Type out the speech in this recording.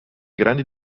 grandi